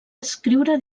escriure